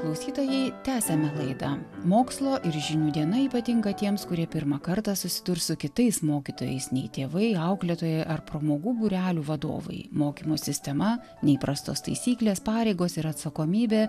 klausytojai tęsiame laidą mokslo ir žinių diena ypatinga tiems kurie pirmą kartą susidurs su kitais mokytojais nei tėvai auklėtojai ar pramogų būrelių vadovai mokymo sistema neįprastos taisyklės pareigos ir atsakomybė